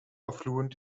affluent